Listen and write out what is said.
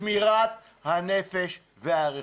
שמירת הנפש והרכוש.